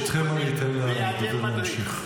ברשותכם, אני אתן לדובר להמשיך.